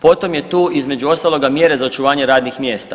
Potom je tu između ostaloga mjere za očuvanje radnih mjesta.